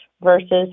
versus